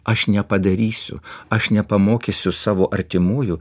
aš nepadarysiu aš nepamokysiu savo artimųjų